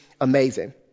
amazing